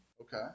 Okay